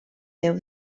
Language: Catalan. déu